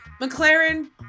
McLaren